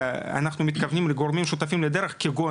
אנחנו מתכוונים לגורמים שותפים לדרך כמו